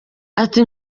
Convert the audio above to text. ati